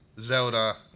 Zelda